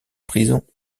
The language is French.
prison